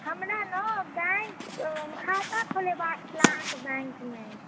हमरा ने बैंक खाता खोलेबाक छै अहाँके बैंकमे